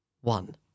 one